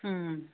ꯎꯝ